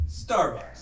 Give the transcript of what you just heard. Starbucks